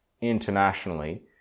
internationally